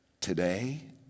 today